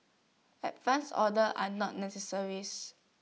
advance orders are not